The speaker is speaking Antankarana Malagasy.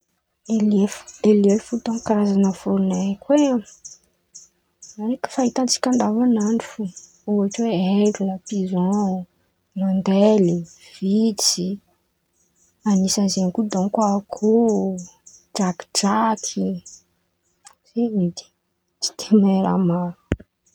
Helihely fo dônko karazan̈a vôron̈o aiko ai! Voron̈o fahitantsika andavanandra fo ôhatra hoe: aigla, pizôn, hirôndely, vintsy, anisan̈y zen̈y ko dônko akôho, drakidraky, zen̈y edy, tsy de mahay raha maro!